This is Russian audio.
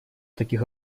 таких